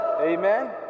Amen